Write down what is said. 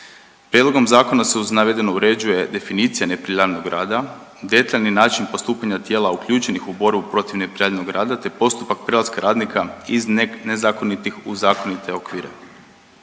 Prijedlogom zakona se uz navedeno uređuje definicija neprijavljenog rada, detaljni način postupanja tijela uključenih u borbu protiv neprijavljenog rada te postupak prelaska radnika iz nezakonitih u zakonite okvire.